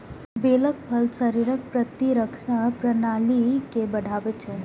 बेरक फल शरीरक प्रतिरक्षा प्रणाली के बढ़ाबै छै